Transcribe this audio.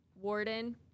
warden